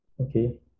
Okay